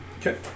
Okay